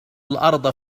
الأرض